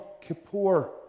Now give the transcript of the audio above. Kippur